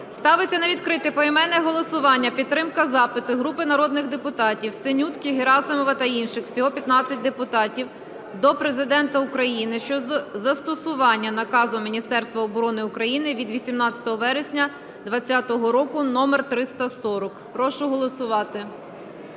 Ставиться на відкрите поіменне голосування підтримка запиту групи народних депутатів (Синютки, Герасимова та інших. Всього 15 депутатів) до Президента України щодо застосування наказу Міністерства оборони України від 18 вересня 2020 року №340. Прошу голосувати.